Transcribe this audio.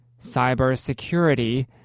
cybersecurity